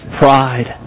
pride